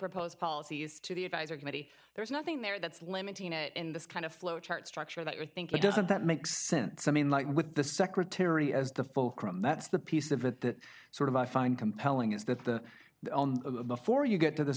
proposed policies to the advisory committee there's nothing there that's limiting it in this kind of flowchart structure that we think it doesn't that make sense i mean like with the secretary as the fulcrum that's the piece of that sort of i find compelling is that the before you get to the